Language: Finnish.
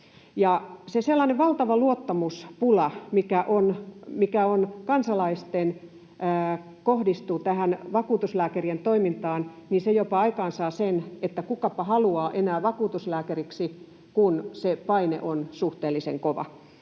valtava luottamuspula, mikä kansalaisilla kohdistuu tähän vakuutuslääkärien toimintaan, jopa aikaansaa sen, että kukapa haluaa enää vakuutuslääkäriksi, kun se paine on suhteellisen kova